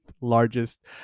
largest